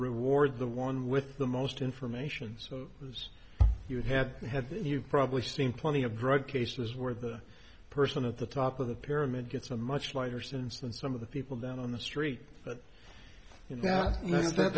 reward the one with the most information so you would have had then you've probably seen plenty of drug cases where the person at the top of the pyramid gets a much lighter sentence than some of the people down on the street but yeah that's